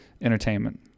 entertainment